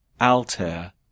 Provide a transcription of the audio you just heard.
Altair